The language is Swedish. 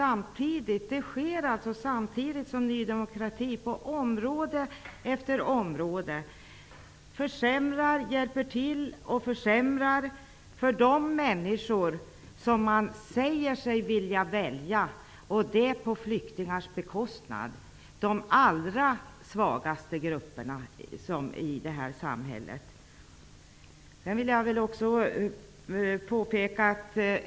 Detta sker samtidigt som Ny demokrati på område efter område hjälper till att försämra för de människor som Ny demokrati säger sig vilja ställa upp för, nämligen de allra svagaste grupperna i samhället, på flyktingars bekostnad.